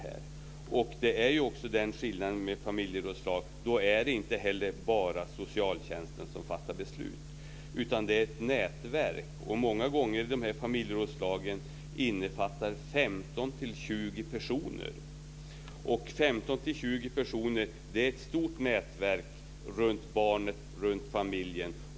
Det är också den skillnaden när det gäller familjerådslag att det inte bara är socialtjänsten som fattar beslut, utan det är ett nätverk. Många gånger omfattar familjerådslagen 15-20 personer. Det är ett stort nätverk runt barnet, runt familjen.